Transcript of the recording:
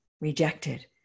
rejected